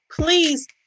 please